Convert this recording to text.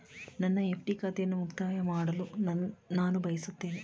ನನ್ನ ಎಫ್.ಡಿ ಖಾತೆಯನ್ನು ಮುಕ್ತಾಯ ಮಾಡಲು ನಾನು ಬಯಸುತ್ತೇನೆ